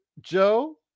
Joe